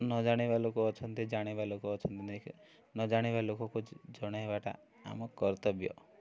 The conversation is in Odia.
ନ ଜାଣିବା ଲୋକ ଅଛନ୍ତି ଜାଣିବା ଲୋକ ଅଛନ୍ତି ନେଇକି ନ ଜାଣିବା ଲୋକ କହୁଛି ଜଣାଇବାଟା ଆମ କର୍ତ୍ତବ୍ୟ